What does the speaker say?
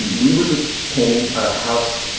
we were just painting our house.